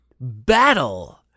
battle